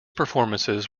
performances